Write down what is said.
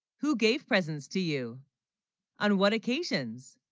who, gave presents to you on what occasions